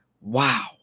wow